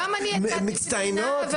מצטיינות,